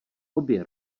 obě